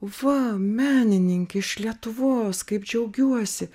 va menininkė iš lietuvos kaip džiaugiuosi